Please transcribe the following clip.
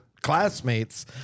Classmates